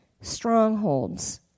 strongholds